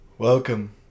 Welcome